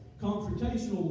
Confrontational